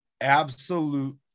absolute